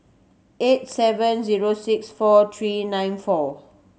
eight seven zero six four three nine four